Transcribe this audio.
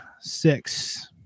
six